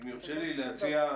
יורשה לי להציע,